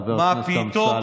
חבר הכנסת אמסלם.